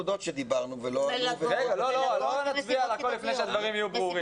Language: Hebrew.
לא נצביע על הכול לפני שהדברים יהיו ברורים.